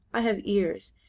i have ears,